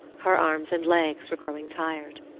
her arms and legs were growing tired.